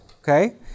okay